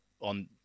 on